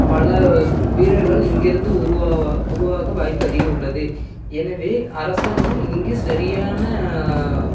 பல வீரர்கள் இங்கிருந்து உருவாக உருவாக வாய்ப்பு அதிகம் உள்ளது எனவே அரசாங்கம் இங்கு சரியான